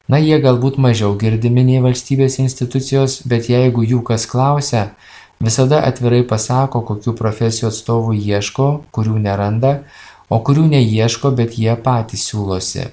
na jie galbūt mažiau girdimi nei valstybės institucijos bet jeigu jų kas klausia visada atvirai pasako kokių profesijų atstovų ieško kurių neranda o kurių neieško bet jie patys siūlosi